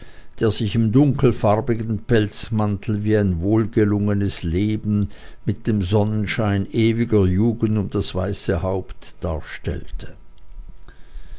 der sich im dunkelfarbigen pelzmantel wie ein wohlgelungenes leben mit dem sonnenschein ewiger jugend um das weiße haupt darstellte